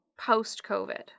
post-COVID